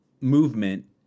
movement